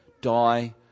die